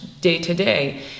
day-to-day